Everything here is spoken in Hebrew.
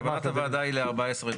כוונת הוועדה היא ל-14 יום,